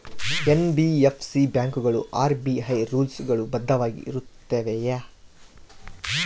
NBFC ಬ್ಯಾಂಕುಗಳು RBI rules ಗಳು ಬದ್ಧವಾಗಿ ಇರುತ್ತವೆಯ?